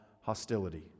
hostility